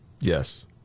Yes